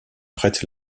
prête